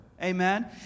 Amen